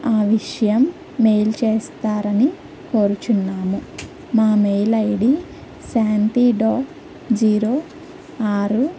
ఆ విషయం మెయిల్ చేస్తారని కోరుచున్నాము మా mail ID Shanti dot zero ఆరు